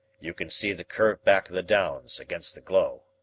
you can see the curved back of the downs against the glow.